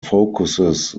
focuses